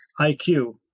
iq